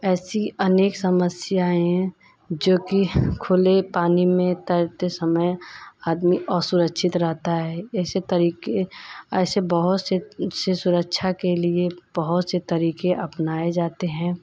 ऐसी अनेक समस्याएँ हैं जो कि खुले पानी में तैरते समय आदमी असुरक्षित रहता है यह सब तरीक़े ऐसे बहुत से ऐसे सुरक्षा के लिए बहुत से तरीक़े अपनाए जाते हैं